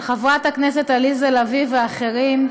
של חברת הכנסת עליזה לביא ואחרים,